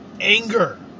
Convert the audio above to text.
anger